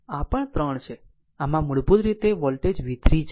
આમ આ મૂળભૂત રીતે વોલ્ટેજ v3 છે